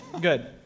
Good